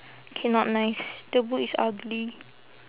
K not nice the boot is ugly